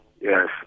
Yes